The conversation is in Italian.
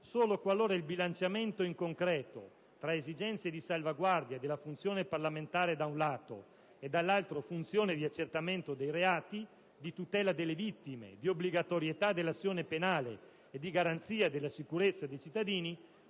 solo qualora il bilanciamento, in concreto, tra esigenze di salvaguardia della funzione parlamentare, da un lato e, dall'altro, funzione di accertamento dei reati, di tutela delle vittime, di obbligatorietà dell'azione penale e di garanzia della sicurezza dei cittadini,